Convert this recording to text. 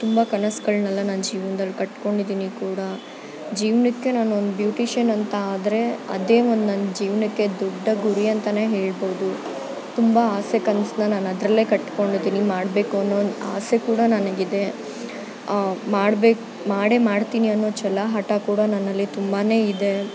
ತುಂಬಾ ಕನಸುಗಳ್ನಲ್ಲ ನಾನು ಜೀವನ್ದಲ್ಲಿ ಕಟ್ಟಿಕೊಂಡಿದೀನಿ ಕೂಡ ಜೀವನಕ್ಕೆ ನಾನು ಒಂದು ಬ್ಯೂಟಿಷಿಯನ್ ಅಂತ ಆದರೆ ಅದೇ ಒಂದು ನನ್ನ ಜೀವನಕ್ಕೆ ದೊಡ್ಡ ಗುರಿ ಅಂತನೇ ಹೇಳ್ಬೋದು ತುಂಬ ಆಸೆ ಕನ್ಸನ್ನ ನಾನು ಅದರಲ್ಲೇ ಕಟ್ಟಿಕೊಂಡಿದೀನಿ ಮಾಡಬೇಕು ಅನ್ನೋ ಒಂದು ಆಸೆ ಕೂಡ ನನಗಿದೆ ಮಾಡ್ಬೇ ಮಾಡೇ ಮಾಡ್ತೀನಿ ಅನ್ನೋ ಛಲ ಹಠ ಕೂಡ ನನ್ನಲ್ಲಿ ತುಂಬಾ ಇದೆ